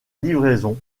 livraison